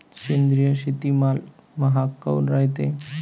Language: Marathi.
सेंद्रिय शेतीमाल महाग काऊन रायते?